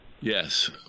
Yes